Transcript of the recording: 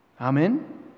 Amen